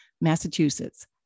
Massachusetts